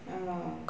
uh